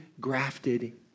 grafted